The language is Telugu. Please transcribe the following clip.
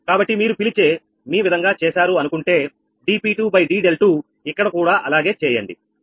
మీకు అది కావాలిఅంటే మీరు dP2dδ2 ని సాధించండి